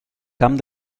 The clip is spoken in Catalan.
camp